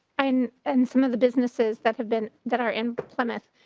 and and some of the businesses that have been that are in plymouth.